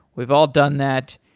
we've all done that,